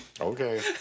Okay